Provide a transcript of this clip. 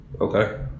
Okay